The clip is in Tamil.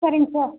சரிங்க சார்